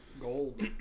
Gold